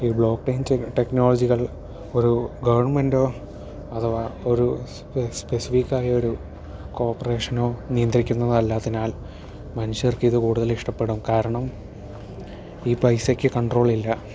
ഈ block chain ടെക്നോളോജികൾ ഒരു ഗവൺമെൻ്റൊ അഥവാ ഒരു സ്പെസിഫിക് ആയ ഒരു കോർപ്പറേഷനോ നിയന്ത്രിക്കുന്നതല്ലാത്തതിനാൽ മനുഷ്യർക്കിത് കൂടുതൽ ഇഷ്ടപ്പെടും കാരണം ഈ പൈസക്ക് കൺട്രോളില്ല